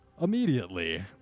Immediately